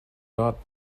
got